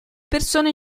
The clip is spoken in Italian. persone